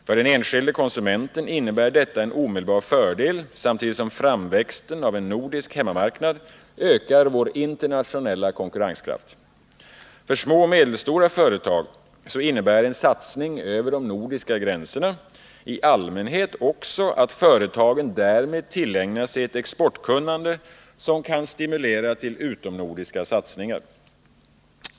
För den enskilde konsumenten innebär detta en omedelbar fördel samtidigt som framväxten av en nordisk hemmamarknad ökar vår internationella konkurrenskraft. För små och medelstora företag innebär en satsning över de nordiska gränserna i allmänhet också att företagen därmed tillägnar sig ett exportkunnande som kan stimulera till utomnordiska satsningar.